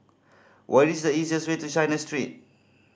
what is the easiest way to China Street